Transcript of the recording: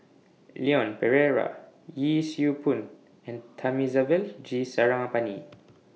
Leon Perera Yee Siew Pun and Thamizhavel G Sarangapani